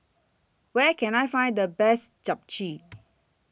Where Can I Find The Best Japchae